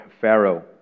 Pharaoh